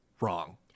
wrong